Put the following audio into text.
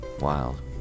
Wild